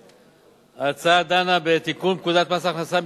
ההצעה דנה בתיקון פקודת מס הכנסה,